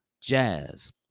jazz